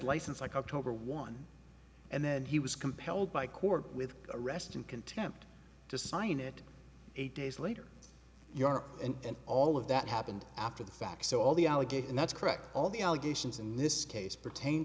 is like october one and then he was compelled by court with arrest and contempt to sign it eight days later you are and all of that happened after the fact so all the allegation that's correct all the allegations in this case pertain